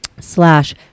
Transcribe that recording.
slash